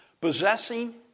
possessing